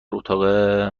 اتاق